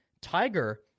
Tiger